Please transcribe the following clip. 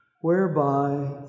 whereby